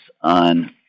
on